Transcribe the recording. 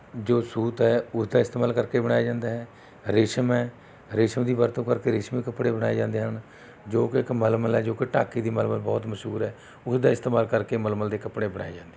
ਜੋ ਸੂਤ ਹੈ ਉਸ ਦਾ ਇਸਤੇਮਾਲ ਕਰਕੇ ਬਣਾਇਆ ਜਾਂਦਾ ਹੈ ਰੇਸ਼ਮ ਹੈ ਰੇਸ਼ਮ ਦੀ ਵਰਤੋਂ ਕਰਕੇ ਰੇਸ਼ਮੀ ਕੱਪੜੇ ਬਣਾਏ ਜਾਂਦੇ ਹਨ ਜੋ ਕਿ ਇੱਕ ਮਲਮਲ ਹੈ ਜੋ ਕਿ ਢਾਕੇ ਦੀ ਮਲਮਲ ਬਹੁਤ ਮਸ਼ਹੂਰ ਹੈ ਉਸ ਦਾ ਇਸਤੇਮਾਲ ਕਰਕੇ ਮਲਮਲ ਦੇ ਕੱਪੜੇ ਬਣਾਏ ਜਾਂਦੇ